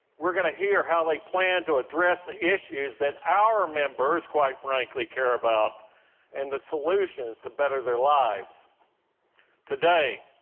we're gonna hear how they plan to address the issues that our members, quite frankly, care about and the solutions to better their lives today.